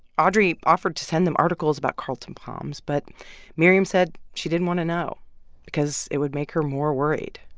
audrey offered to send them articles about carlton palms, but miriam said she didn't want to know because it would make her more worried.